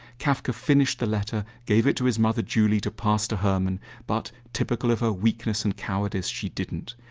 kafka finished the letter, gave it to his mother julie to pass to hermann but, typical of her weakness and cowardice, she didn't.